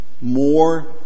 more